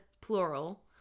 plural